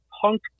punk